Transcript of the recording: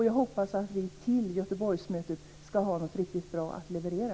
Jag hoppas att vi till Göteborgsmötet ska ha något riktigt bra att leverera.